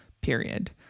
period